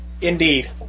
Indeed